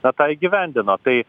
na tą įgyvendino tai